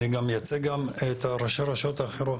אני מייצג גם את ראשי הרשויות האחרות